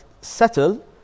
settle